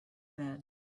bed